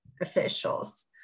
officials